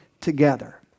together